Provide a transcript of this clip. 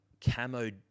Camo